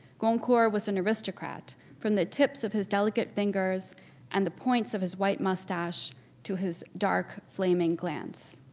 goncourt was an aristocrat from the tips of his delicate fingers and the points of his white mustache to his dark, flaming glance.